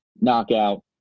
knockout